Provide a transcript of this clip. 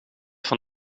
van